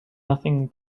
nothing